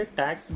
tax